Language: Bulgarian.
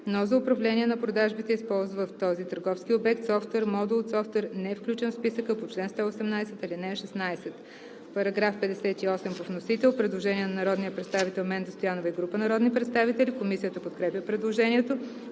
но за управление на продажбите използва в този търговски обект софтуер/модул от софтуер, невключен в списъка по чл. 118, ал. 16.“ По § 58 има предложение на народния представител Менда Стоянова и група народни представители. Комисията подкрепя предложението.